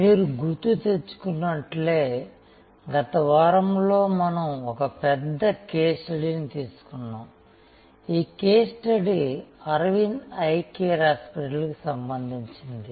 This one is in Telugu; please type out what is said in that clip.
మీరు గుర్తు తెచ్చుకున్నట్లే గత వారం లో మనం ఒక పెద్ద కేస్ స్టడీని తీసుకున్నాము ఈ case study Aravind eye care హాస్పిటల్కు సంబంధించినది